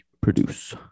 produce